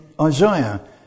Isaiah